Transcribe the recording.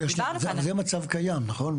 שניה, זה מצב קיים, נכון?